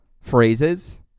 phrases